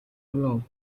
long